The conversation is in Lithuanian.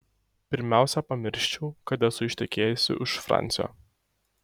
pirmiausia pamirščiau kad esu ištekėjusi už fransio